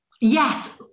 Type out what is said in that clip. Yes